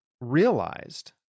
realized